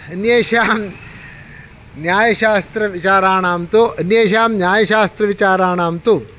अन्येषां न्यायशास्त्रविचाराणां तु अन्येषां न्यायशास्त्रविचाराणां तु